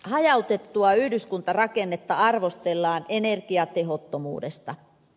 hajautettua yhdyskuntarakennetta arvostellaan energiatehottomuudesta